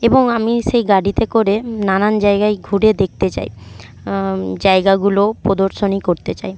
এবং আমি সেই গাড়িতে করে নানান জায়গায় ঘুরে দেখতে চাই জায়গাগুলো প্রদর্শনী করতে চাই